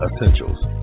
Essentials